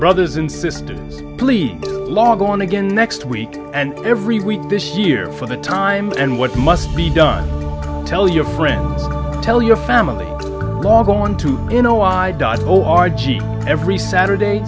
brothers and sisters please log on again next week and every week this year for the time and what must be done tell your friends tell your family log onto you know why does r g every saturday